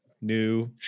new